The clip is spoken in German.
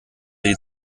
die